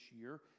year